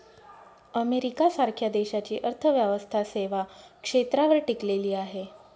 America सारख्या देशाची अर्थव्यवस्था सेवा क्षेत्रावर टिकलेली आहे